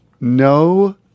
no